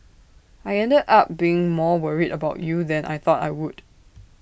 I ended up being more worried about you than I thought I would